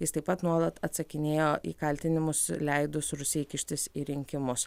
jis taip pat nuolat atsakinėjo į kaltinimus leidus rusijai kištis į rinkimus